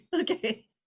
Okay